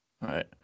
Right